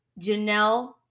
Janelle